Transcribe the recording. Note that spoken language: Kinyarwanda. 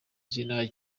izina